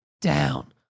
down